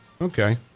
Okay